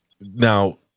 Now